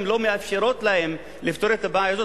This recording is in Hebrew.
לא מאפשרת להן לפתור את הבעיה הזאת.